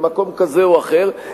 למקום כזה או אחר,